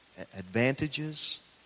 advantages